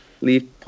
leave